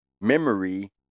memory